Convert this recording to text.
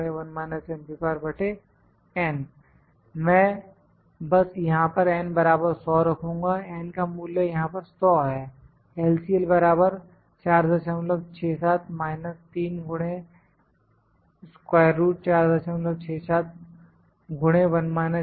LCL मैं बस यहां पर N बराबर 100 रखूंगा N का मूल्य यहां पर 100 है